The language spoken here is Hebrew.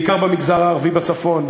בעיקר במגזר הערבי בצפון,